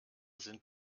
sind